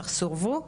אך סורבו,